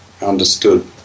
understood